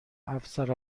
افسر